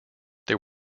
there